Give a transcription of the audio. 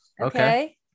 Okay